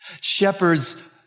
Shepherds